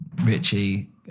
richie